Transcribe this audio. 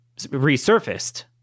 resurfaced